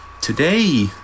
today